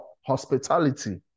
hospitality